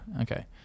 Okay